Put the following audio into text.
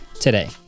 today